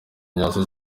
nyazo